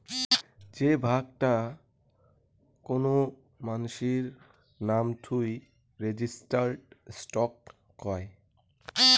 যে ভাগ তা কোন মানাসির নাম থুই রেজিস্টার্ড স্টক কয়